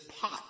pot